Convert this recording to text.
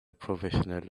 professional